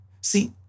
See